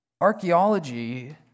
Archaeology